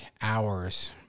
hours